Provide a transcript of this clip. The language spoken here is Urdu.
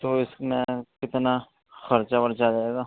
تو اس میں کتنا خرچہ ورچہ آ جائے گا